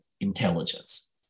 intelligence